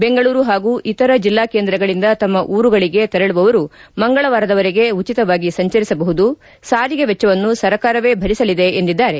ಬೆಂಗಳೂರು ಹಾಗೂ ಇತರ ಜೆಲ್ಲಾ ಕೇಂದ್ರಗಳಿಂದ ತಮ್ನ ಊರುಗಳಿಗೆ ತೆರಳುವವರು ಮಂಗಳವಾರದವರೆಗೆ ಉಚಿತವಾಗಿ ಸಂಚರಿಸಬಹುದು ಸಾರಿಗೆ ವೆಚ್ಚವನ್ನು ಸರ್ಕಾರವೆ ಭರಿಸಲಿದೆ ಎಂದಿದ್ದಾರೆ